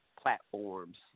platforms